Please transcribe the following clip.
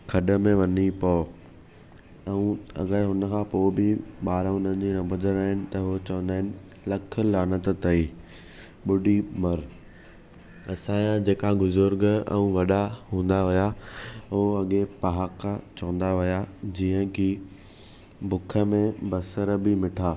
खॾ में वञी पओ त हूअ अगरि उनखां पोइ बि ॿारु हुननि जी न ॿुधंदा आहिनि त उहे चवंदा आहिनि लख लानत अथई ॿुडी मर असां या जेका ॿुज़ुर्ग ऐं वॾा हूंदा हुआ उहो अॻे पहाका चवंदा हुआ जीअं की ॿुख में बसरु बि मिठा